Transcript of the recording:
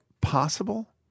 possible